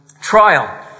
trial